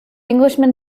englishman